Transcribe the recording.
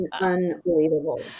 unbelievable